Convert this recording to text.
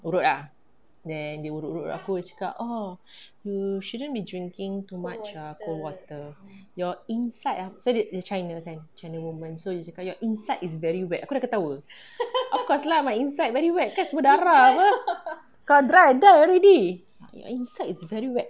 urut ah then dia urut-urut aku dia cakap oh you shouldn't be drinking too much err cold water your inside ah sorry china kan china women so dia cakap your inside is very wet aku dah ketawa of course lah my inside very wet kan darah kalau dry I die already your inside is very wet